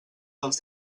dels